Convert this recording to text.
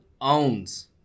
owns